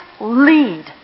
lead